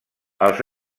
els